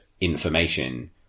information